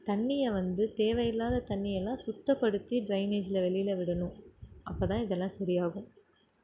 தண்ணியை வந்து தேவை இல்லாத தண்ணியை எல்லாம் சுத்தப்படுத்தி டிரைனேஜில் வெளியில் விடணும் அப்போ தான் இதெல்லாம் சரி ஆகும்